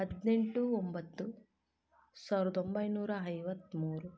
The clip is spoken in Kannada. ಹದಿನೆಂಟು ಒಂಬತ್ತು ಸಾವಿರದ ಒಂಬೈನೂರ ಐವತ್ಮೂರು